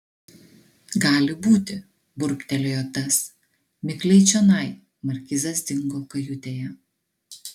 gali būti burbtelėjo tas mikliai čionai markizas dingo kajutėje